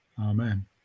Amen